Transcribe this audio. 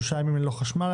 היינו שלושה ימים ללא חשמל.